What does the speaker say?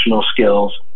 skills